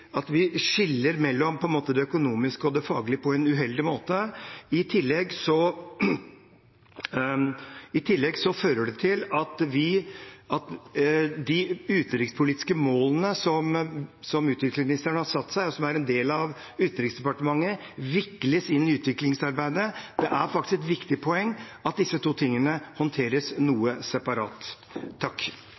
de utenrikspolitiske målene som utviklingsministeren har satt seg, og som er en del av Utenriksdepartementet, vikles inn i utviklingsarbeidet. Det er faktisk et viktig poeng at disse to tingene håndteres noe separat.